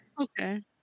okay